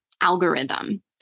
algorithm